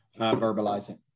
Verbalizing